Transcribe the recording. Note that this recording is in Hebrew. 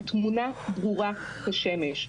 התמונה ברורה כשמש,